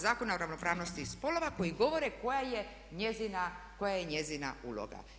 Zakona o ravnopravnosti spolova koji govori koja je njezina uloga.